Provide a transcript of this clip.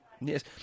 Yes